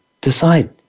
decide